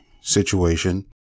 situation